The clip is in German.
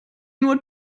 nur